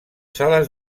sales